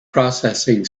processing